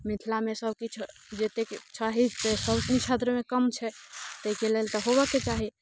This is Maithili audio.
मिथिलामे सब किछु जतेक चाही से सब किछु कम छै ताहिके लेल तऽ होबऽके चाही